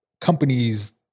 companies